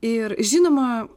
ir žinoma